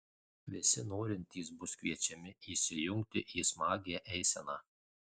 visi norintys bus kviečiami įsijungti į smagią eiseną